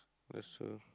guess so